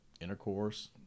intercourse